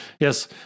Yes